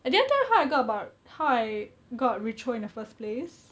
eh did I tell you how I got about how I got ritual in the first place